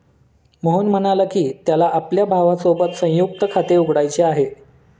मोहन म्हणाला की, त्याला आपल्या भावासोबत संयुक्त खाते उघडायचे आहे